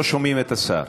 לא שומעים את השר.